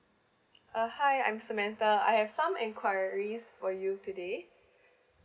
uh hi I'm samantha I have some enquiries for you today